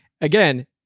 again